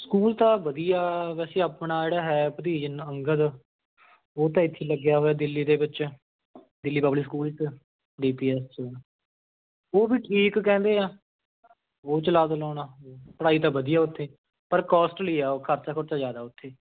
school ਤਾਂ ਵਧੀਆ ਵੈਸੇ ਆਪਣਾ ਜਿਹੜਾ ਹੈ ਭਤੀਜ ਨ ਅੰਗਦ ਉਹ ਤਾਂ ਇੱਥੇ ਲੱਗਿਆ ਹੋਇਆ ਦਿੱਲੀ ਦੇ ਵਿੱਚ ਦਿੱਲੀ ਪਬਲਿਕ ਸਕੂਲ 'ਚ ਡੀ ਪੀ ਐੱਸ ਉਹ ਵੀ ਠੀਕ ਕਹਿੰਦੇ ਆ ਉਹ 'ਚ ਲਾ ਦਿਉ ਲਾਉਣਾ ਪੜ੍ਹਾਈ ਤਾਂ ਵਧੀਆ ਉੱਥੇ ਪਰ ਕੋਸਟਲੀ ਆ ਉਹ ਖਰਚਾ ਖੁਰਚਾ ਜ਼ਿਆਦਾ ਉੱਥੇ